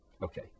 Okay